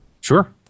sure